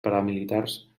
paramilitars